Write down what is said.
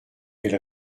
elle